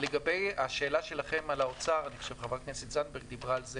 לגבי השאלה שלכם על האוצר אני חושב שחברת הכנסת זנדברג דיברה על זה